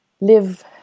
live